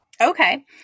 Okay